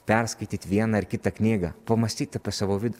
perskaityt vieną ar kitą knygą pamąstyti apie savo vidų